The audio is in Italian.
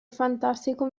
fantastico